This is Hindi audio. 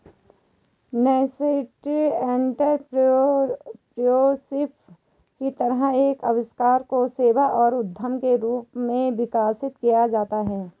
नासेंट एंटरप्रेन्योरशिप के तहत नए अवसरों को सेवा एवं उद्यम के रूप में विकसित किया जाता है